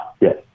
Yes